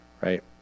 right